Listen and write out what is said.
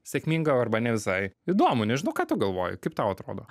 sėkminga o arba ne visai įdomu nežinau ką tu galvoji kaip tau atrodo